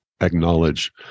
acknowledge